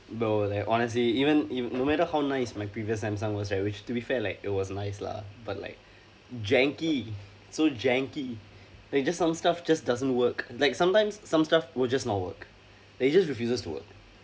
bro like honestly even if no matter how nice my previous Samsung was right which to be fair like it was nice lah but like janky so janky they just some stuff just doesn't work like sometimes some stuff will just not work they just refuses to work